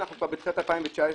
אנחנו כבר בתחילת שנת 2019,